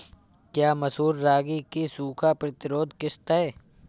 क्या मसूर रागी की सूखा प्रतिरोध किश्त है?